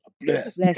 Bless